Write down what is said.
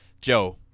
Joe